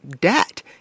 debt